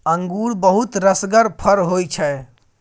अंगुर बहुत रसगर फर होइ छै